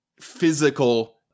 physical